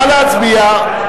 נא להצביע.